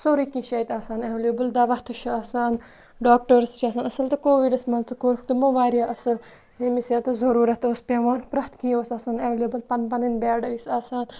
سورُے کیٚنٛہہ چھِ اَتہِ آسان اٮ۪وٮ۪لیبٕل دَوا تہِ چھُ آسان ڈاکٹٲرٕس تہِ چھِ آسان اَصٕل تہٕ کووِڈَس منٛز تہِ کوٚرُکھ تِمو واریاہ اَصٕل ییٚمِس ییٚتَس ضٔروٗرت اوس پٮ۪وان پرٛٮ۪تھ کیٚنٛہہ اوس آسان اٮ۪وٮ۪لیبٕل پَنٕنۍ پَنٕنۍ بٮ۪ڈ ٲسۍ آسان